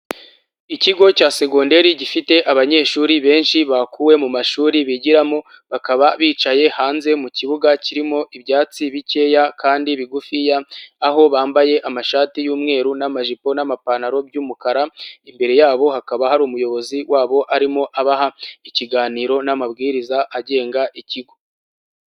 Ikigo cya segonderi gifite abanyeshuri benshi bakuwe mu mashuri bigiramo, bakaba bicaye hanze mu kibuga kirimo ibyatsi bikeya kandi bigufiya, aho bambaye amashati y'umweru n'amajipo n'amapantaro by'umukara, imbere yabo hakaba hari umuyobozi wabo arimo abaha, ikiganiro n'amabwiriza agenga ikigo.